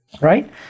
right